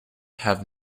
have